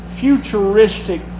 futuristic